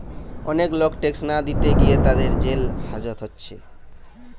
অনেক লোক ট্যাক্স না দিতে গিয়ে তাদের জেল হাজত হচ্ছে